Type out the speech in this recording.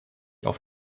auf